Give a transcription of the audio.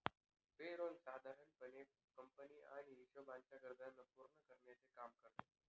पे role साधारण पणे कंपनी आणि हिशोबाच्या गरजांना पूर्ण करण्याचे काम करते